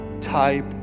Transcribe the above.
type